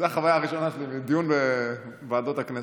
זאת החוויה הראשונה שלי מדיון בוועדות הכנסת.